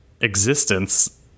existence